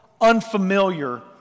unfamiliar